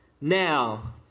now